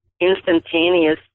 instantaneous